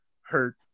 hurt